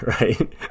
right